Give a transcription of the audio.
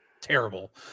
Terrible